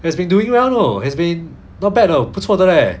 it has been doing well you know it's been not bad oh 不错的 leh